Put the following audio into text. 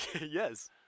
Yes